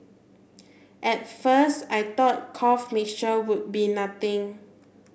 at first I thought cough mixture would be nothing